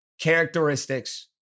characteristics